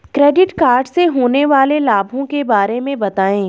Credit card से होने वाले लाभों के बारे में बताएं?